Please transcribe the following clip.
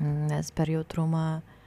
nes per jautrumą